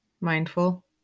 Mindful